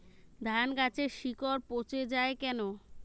ধানগাছের শিকড় পচে য়ায় কেন?